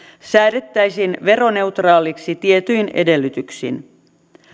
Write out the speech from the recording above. säädettäisiin veroneutraaliksi tietyin edellytyksin